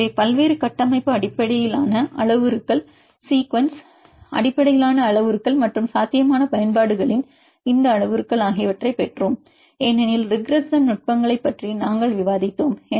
எனவே பல்வேறு கட்டமைப்பு அடிப்படையிலான அளவுருக்கள் சீக்குவன்ஸ் அடிப்படையிலான அளவுருக்கள் மற்றும் சாத்தியமான பயன்பாடுகளின் இந்த அளவுருக்கள் ஆகியவற்றைப் பெற்றோம் ஏனெனில் ரிக்ரஸ்ஸோன் நுட்பங்களைப் பற்றி நாங்கள் விவாதித்தோம்